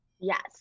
Yes